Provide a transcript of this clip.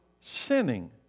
sinning